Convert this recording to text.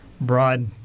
broad